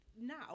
Now